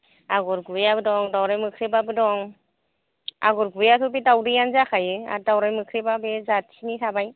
आगरगुबैयाबो दं दावराय मोख्रेबाबो दं आगरगुबैयाथ' बे दावदैयानो जाखायो आर दावराय मोख्रेबा बे जाथिनि थाबाय